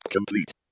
Complete